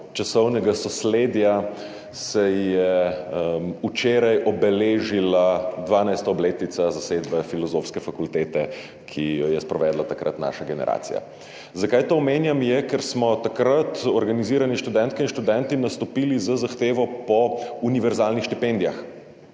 časovnega sosledja se je včeraj obeležila 12. obletnica zasedbe Filozofske fakultete, ki jo je sprovedla takrat naša generacija. Zakaj to omenjam, je, ker smo takrat organizirani študentke in študenti nastopili z zahtevo po univerzalnih štipendijah.